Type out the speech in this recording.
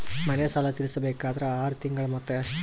ಮನೆ ಸಾಲ ತೀರಸಬೇಕಾದರ್ ಆರ ತಿಂಗಳ ಮೊತ್ತ ಎಷ್ಟ ಅದ?